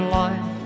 life